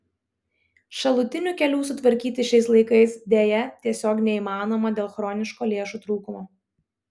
šalutinių kelių sutvarkyti šiais laikais deja tiesiog neįmanoma dėl chroniško lėšų trūkumo